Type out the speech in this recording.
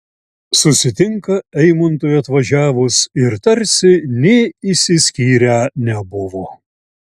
susitinka eimuntui atvažiavus ir tarsi nė išsiskyrę nebuvo